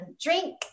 drink